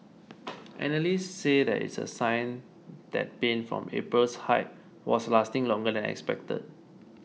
analysts say that it's a sign that pain from April's hike was lasting longer than expected